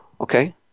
okay